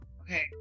Okay